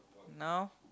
now